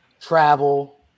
travel